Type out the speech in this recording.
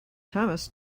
thomas